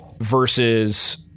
versus